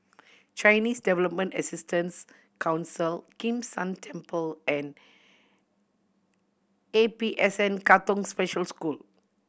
Chinese Development Assistance Council Kim San Temple and A P S N Katong Special School